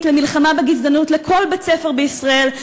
למלחמה בגזענות לכל בית-ספר בישראל,